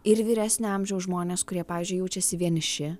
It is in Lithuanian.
ir vyresnio amžiaus žmones kurie pavyzdžiui jaučiasi vieniši